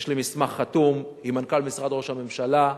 יש לי מסמך חתום ממנכ"ל משרד ראש הממשלה,